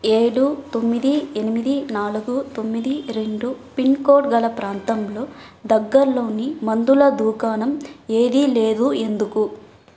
ఏడు తొమ్మిది ఎనిమిది నాలుగు తొమ్మిది రెండు పిన్కోడ్ గల ప్రాంతంలో దగ్గర్లోని మందుల దూకాణం ఏదీ లేదు ఎందుకు